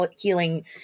healing